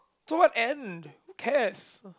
so whatever who cares